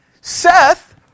Seth